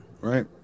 right